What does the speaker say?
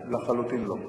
לחלוטין, לא.